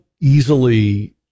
easily